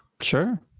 Sure